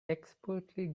expertly